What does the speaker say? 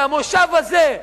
זה המושב הזה.